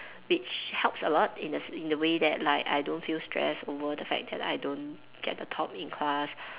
which helps a lot in the in the way that like I don't feel stress over the fact that I don't get the top in class